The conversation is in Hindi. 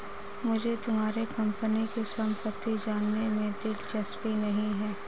मुझे तुम्हारे कंपनी की सम्पत्ति जानने में दिलचस्पी नहीं है